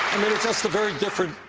just a very different,